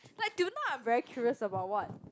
like till now I'm very curious about what